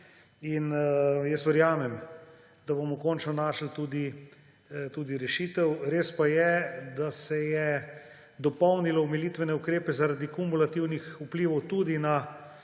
In jaz verjamem, da bomo končno našli tudi rešitev. Res pa je, da se je dopolnilo omilitvene ukrepe zaradi kumulativnih vplivov tudi na